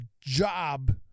job